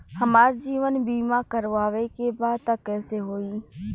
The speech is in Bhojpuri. हमार जीवन बीमा करवावे के बा त कैसे होई?